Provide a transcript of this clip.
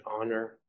honor